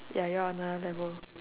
ya you all on another level